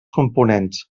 components